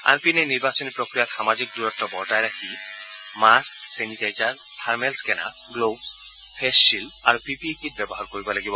আনপিনে নিৰ্বাচনী প্ৰক্ৰিয়াত সামাজিক দূৰত্ব বৰ্তাই ৰাখি face mask sanitizer thermal scanner gloves face shield আৰু পি পি কিট ব্যৱহাৰ কৰিব লাগিব